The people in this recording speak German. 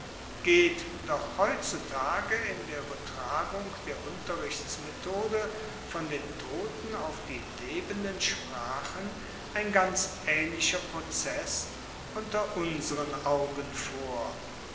geht doch heutzutage in der uebertragung der unterrichtsmethode von den toten auf die lebenden sprachen ein ganz aehnlicher prozess unter unseren augen vor